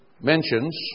mentions